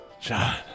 John